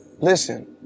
listen